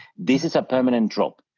this is a permanent drop,